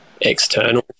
external